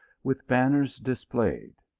with banners display ed.